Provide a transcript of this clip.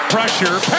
Pressure